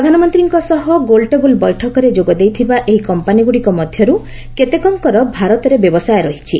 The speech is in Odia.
ପ୍ରଧାନମନ୍ତ୍ରୀଙ୍କ ସହ ଗୋଲଟେବୁଲ ବୈଠକରେ ଯୋଗଦେଇଥିବା ଏହି କମ୍ପାନୀଗୁଡ଼ିକ ମଧ୍ୟରୁ କେତେକଙ୍କର ଭାରତରେ ବ୍ୟବସାୟ ରହିଛି